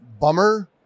bummer